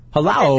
Hello